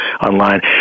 online